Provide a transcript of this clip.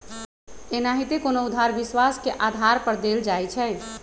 एनाहिते कोनो उधार विश्वास के आधार पर देल जाइ छइ